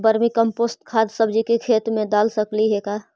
Vermi compost खाद सब्जी के खेत दाल सकली हे का?